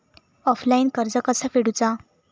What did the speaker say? Offline कर्ज कसा फेडूचा?